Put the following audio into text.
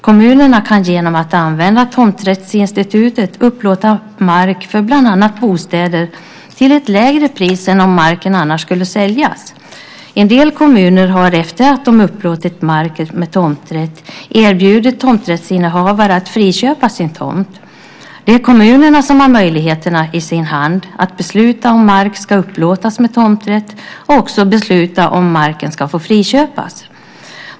Kommunerna kan genom att använda tomträttsinstitutet upplåta mark för bland annat bostäder till ett lägre pris än om marken skulle säljas. En del kommuner har efter att de upplåtit mark med tomträtt erbjudit tomträttsinnehavare att friköpa sin tomt. Det är kommunerna som har möjligheterna i sin hand att besluta om mark ska upplåtas med tomträtt och också besluta om marken ska få friköpas.